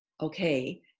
Okay